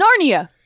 Narnia